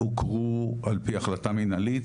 הוכרו על פי החלטה מנהלית,